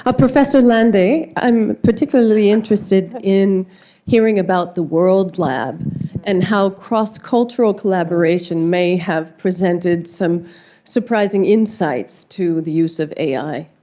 ah professor landay, i'm particularly interested in hearing about the world lab and how cross-cultural collaboration may have presented some surprising insights to the use of ai.